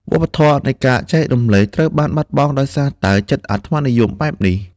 វប្បធម៌នៃការចែករំលែក ត្រូវបានបាត់បង់ដោយសារតែចិត្តអាត្មានិយមបែបនេះ។